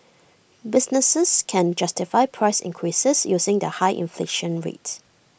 businesses can justify price increases using the high inflation rate